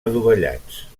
adovellats